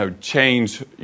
change